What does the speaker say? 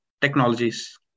Technologies